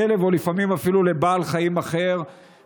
או אפילו לפעמים לבעל חיים אחר,